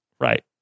Right